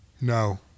No